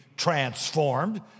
transformed